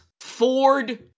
Ford